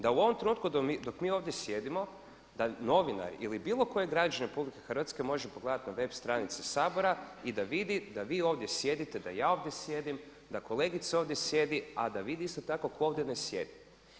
Da u ovom trenutku dok mi ovdje sjedimo da novinari ili bilo koji građanin RH može pogledati na web stranici Sabora i da vidi da vi ovdje sjedite, da ja ovdje sjedim, da kolegica ovdje sjedi a da vidi isto tako ko ovdje ne sjedi.